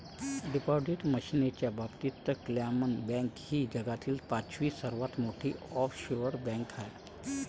deposit मनीच्या बाबतीत क्लामन बँक ही जगातील पाचवी सर्वात मोठी ऑफशोअर बँक आहे